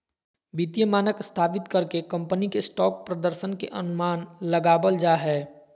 वित्तीय मानक स्थापित कर के कम्पनी के स्टॉक प्रदर्शन के अनुमान लगाबल जा हय